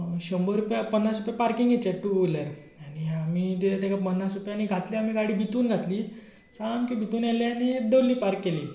शंबर रुपया पन्नास रुपया पार्किंगाचे टू व्हिलर्स आमी तांकां पन्नास रुपयांनी घातली गाडी भितर घातली सामकी भितर व्हेली आनी दवरली पार्क केली